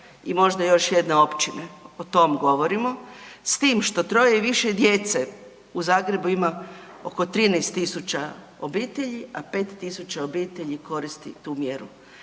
i možda još jedne općine, o tom govorimo. S tim što 3 i više djece u Zagrebu ima oko 13.000 obitelji, a 5.000 obitelji koristi tu mjeru.